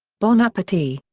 bon appetit!